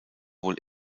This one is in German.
wohl